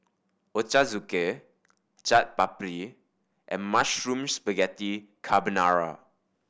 Ochazuke Chaat Papri and Mushroom Spaghetti Carbonara